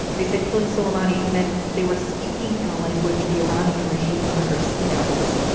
they said killing sulaimani meant they were speaking in a language the iranian regime understands.